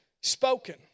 spoken